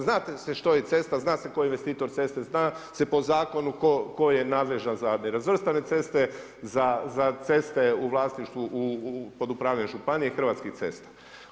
Zna se što je cesta, zna se tko je investitor ceste, zna se po zakonu tko je nadležan za nerazvrstane ceste, za ceste u vlasništvu, pod upravljanjem županije, Hrvatskih cesta.